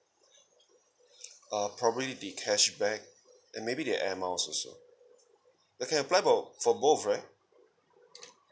ah probably the cashback and maybe the air miles also I can apply bo~ for both right